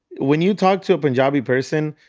when you talk to a punjabi person,